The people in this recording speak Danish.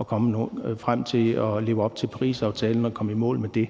at komme frem til at leve op til Parisaftalen og komme i mål med det.